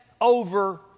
over